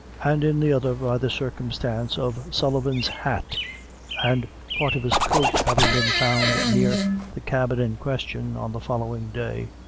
and in the other by the circumstance of sullivan's hat and part of his coat having been found near the cabin in question on the following day,